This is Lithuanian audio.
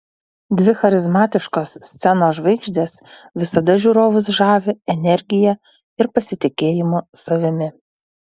dvi charizmatiškos scenos žvaigždės visada žiūrovus žavi energija ir pasitikėjimu savimi